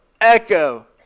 echo